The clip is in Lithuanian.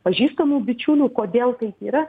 pažįstamų bičiulių kodėl taip yra